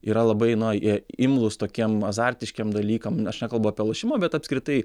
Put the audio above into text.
yra labai na jie imlūs tokiem azartiškiem dalykam aš nekalbu apie lošimą bet apskritai